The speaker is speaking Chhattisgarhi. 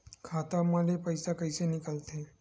खाता मा ले पईसा कइसे निकल थे?